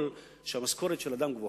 הכוונה הבסיסית הראשונה של הממשלה היתה פגיעה